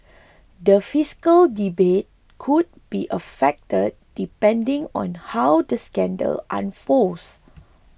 the fiscal debate could be affected depending on how the scandal unfolds